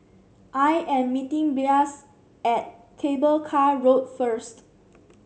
I am meeting Blas at Cable Car Road first